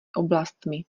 oblastmi